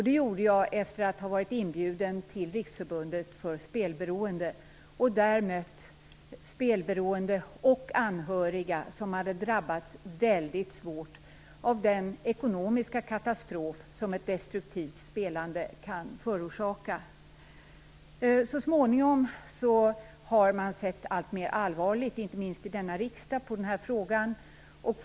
Det gjorde jag efter att ha varit inbjuden till Riksförbundet för spelberoende och där mött spelberoende och anhöriga som hade drabbats väldigt svårt av den ekonomiska katastrof som ett destruktivt spelande kan förorsaka. Så småningom har man sett alltmer allvarligt på den här frågan, inte minst här i riksdagen.